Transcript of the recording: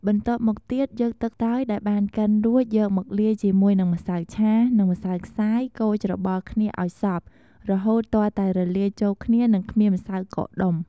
បន្ទាប់មកទៀតយកទឹកតើយដែលបានកិនរួចយកមកលាយជាមួយនឹងម្សៅឆានិងម្សៅខ្សាយកូរច្របល់គ្នាឲ្យសព្វរហូតទាល់តែរលាយចូលគ្នានិងគ្មានម្សៅកកដុំ។